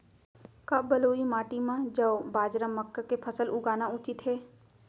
का बलुई माटी म जौ, बाजरा, मक्का के फसल लगाना उचित हे?